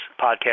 podcast